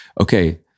okay